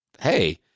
hey